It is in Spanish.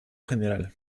general